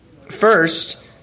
first